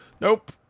Nope